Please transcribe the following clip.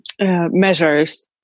Measures